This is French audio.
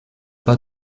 pas